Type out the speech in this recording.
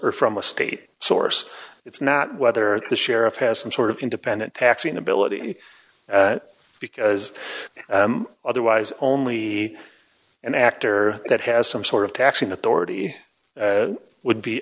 or from a state source it's not whether the sheriff has some sort of independent taxing ability because otherwise only an actor that has some sort of taxing authority would be